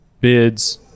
bids –